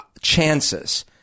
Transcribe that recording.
chances